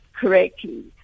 correctly